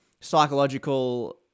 psychological